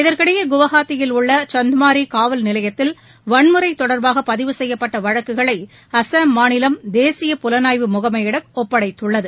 இதற்கிடையே குவஹாத்தியில் உள்ள சந்த்மாரி காவல் நிலையத்தில் வன்முறை தொடர்பாக பதிவு செய்யப்பட்ட வழக்குகளை அஸ்ஸாம் மாநிலம் தேசிய புலனாய்வு முகமையிடம் ஒப்படைத்துள்ளது